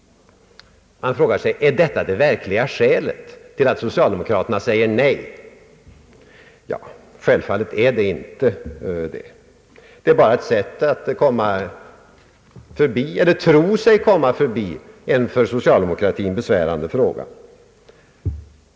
Man frågar sig: Är detta det verkliga skälet till att socialdemokraterna säger nej? Självfallet är det inte det. Det är bara ett sätt att tro sig komma förbi en för socialdemokratin besvärande fråga.